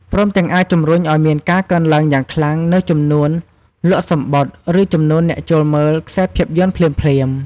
ព្រមទាំងអាចជំរុញឱ្យមានការកើនឡើងយ៉ាងខ្លាំងនូវចំនួនលក់សំបុត្រ ឬចំនួនអ្នកចូលមើលខ្សែភាពយន្តភ្លាមៗ។